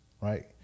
right